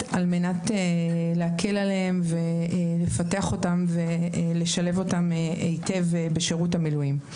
על מנת להקל עליהם ולפתח אותם ולשלב אותם היטב בשירות המילואים.